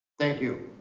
thank you.